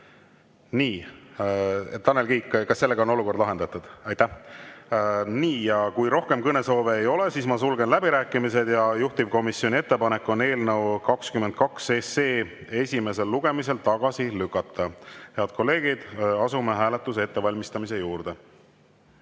kord. Tanel Kiik, kas sellega on olukord lahendatud? Nii. Kui rohkem kõnesoove ei ole, siis ma sulgen läbirääkimised ja juhtivkomisjoni ettepanek on eelnõu 22 esimesel lugemisel tagasi lükata. Head kolleegid, asume hääletuse ettevalmistamise juurde.